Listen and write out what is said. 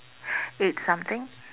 eight something